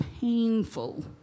painful